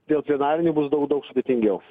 dėl plenarinių bus daug daug sudėtingiau